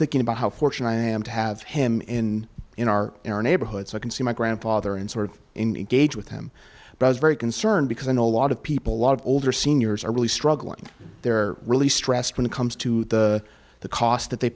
thinking about how fortunate i am to have him in in our in our neighborhood so i can see my grandfather and sort of engage with him but i was very concerned because i know a lot of people a lot of older seniors are really struggling they're really stressed when it comes to the the cost that they